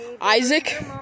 Isaac